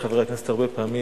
פעמים,